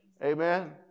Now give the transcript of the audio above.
Amen